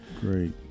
great